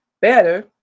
better